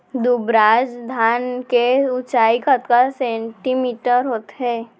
दुबराज धान के ऊँचाई कतका सेमी होथे?